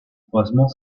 croisement